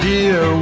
Dear